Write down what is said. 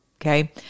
Okay